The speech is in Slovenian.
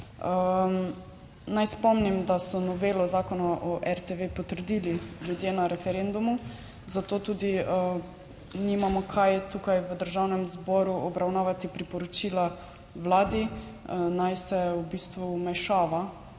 Naj spomnim, da so novelo Zakona o RTV potrdili ljudje na referendumu, zato tudi nimamo kaj tukaj v Državnem zboru obravnavati priporočila Vladi naj se v bistvu vmešava